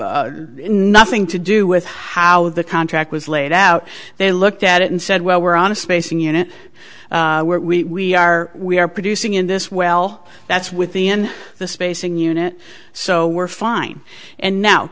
nothing to do with how the contract was laid out they looked at it and said well we're on a spacing unit where we are we are producing in this well that's within the spacing unit so we're fine and now